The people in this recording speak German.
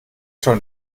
schon